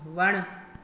वणु